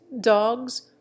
dogs